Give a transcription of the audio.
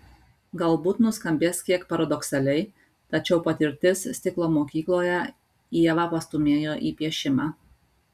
galbūt nuskambės kiek paradoksaliai tačiau patirtis stiklo mokykloje ievą pastūmėjo į piešimą